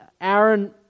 Aaron